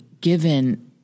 given